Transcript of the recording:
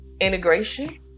integration